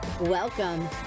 Welcome